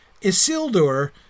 Isildur